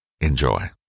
Enjoy